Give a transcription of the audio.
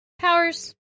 powers